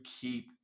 keep